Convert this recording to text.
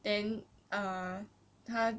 and err 他